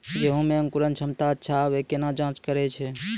गेहूँ मे अंकुरन क्षमता अच्छा आबे केना जाँच करैय छै?